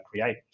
create